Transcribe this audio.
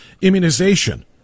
immunization